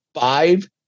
five